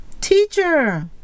teacher